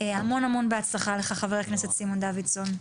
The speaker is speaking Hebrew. המון המון בהצלחה לך, חבר הכנסת סימון דוידסון.